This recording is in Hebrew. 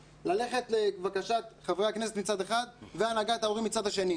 ללכת לקראת בקשת חברי הכנסת מצד אחד והנהגת ההורים מהצד השני.